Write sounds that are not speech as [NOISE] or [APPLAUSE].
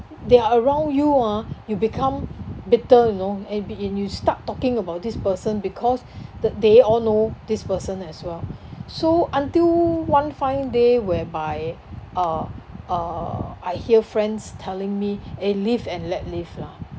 they are around you ah you become bitter you know and be and you start talking about this person because [BREATH] th~ they all know this person as well so until one fine day whereby uh uh I hear friends telling me eh live and let live lah